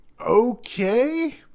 okay